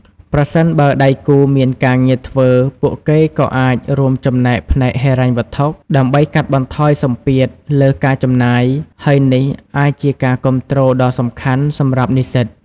ប្រសិនបើដៃគូមានការងារធ្វើ ពួកគេក៏អាចរួមចំណែកផ្នែកហិរញ្ញវត្ថុ ដើម្បីកាត់បន្ថយសម្ពាធលើការចំណាយ ហើយនេះអាចជាការគាំទ្រដ៏សំខាន់សម្រាប់និស្សិត។